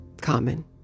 common